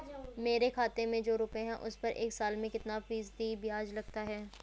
मेरे खाते में जो रुपये हैं उस पर एक साल में कितना फ़ीसदी ब्याज लगता है?